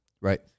Right